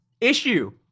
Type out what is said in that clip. issue